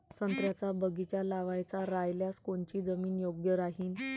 संत्र्याचा बगीचा लावायचा रायल्यास कोनची जमीन योग्य राहीन?